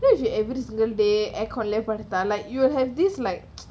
then you should every single day air con left on லயே படுத்தா: laye paduthaa like you have this like